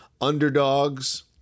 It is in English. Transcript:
underdogs